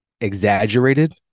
exaggerated